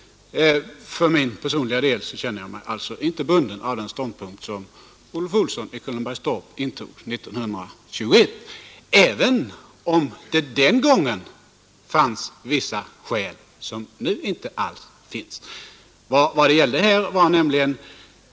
För min personliga del känner jag mig alltså inte bunden av den ståndpunkt som Olof Olsson i Kullenbergstorp intog 1921, även om det den gången fanns vissa skäl, som nu inte alls finns, som förklarar det beslut man då fattade.